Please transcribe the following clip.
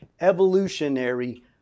evolutionary